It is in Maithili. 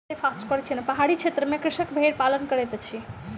पहाड़ी क्षेत्र में कृषक भेड़ पालन करैत अछि